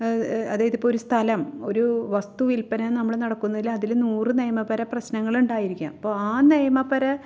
അതായത് ഇപ്പം ഒരു സ്ഥലം ഒരൂ വസ്തു വിൽപന നമ്മൾ നടക്കുന്നതിൽ അതിൽ നൂറ് നിയമപര പ്രശ്നങ്ങളുണ്ടായിക്കാം അപ്പോൾ ആ നിയമപര